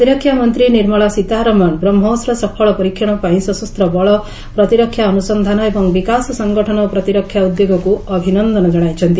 ପ୍ରତିରକ୍ଷା ମନ୍ତ୍ରୀ ନିର୍ମଳା ସୀତାରମଣ ବ୍ରହ୍ଜୋସ୍ର ସଫଳ ପରୀକ୍ଷଣପାଇଁ ସଶସ୍ତ ବଳ ପ୍ରତିରକ୍ଷା ଅନୁସନ୍ଧାନ ଏବଂ ବିକାଶ ସଙ୍ଗଠନ ଓ ପ୍ରତିରକ୍ଷା ଉଦ୍ୟୋଗକୁ ଅଭିନନ୍ଦନ ଜଣାଇଛନ୍ତି